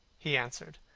he answered,